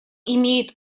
имеет